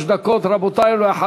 (אומר דברים בשפה הערבית, להלן